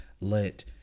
let